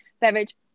beverage